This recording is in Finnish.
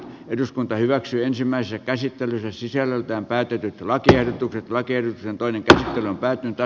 eduskunta hyväksyi ensimmäisen käsittelyn sisällöltään päätynyt lakiehdotukset lakersin toinen tähti välkky ja